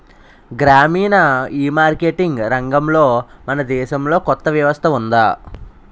గ్రామీణ ఈమార్కెటింగ్ రంగంలో మన దేశంలో కొత్త వ్యవస్థ ఉందా?